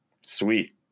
sweet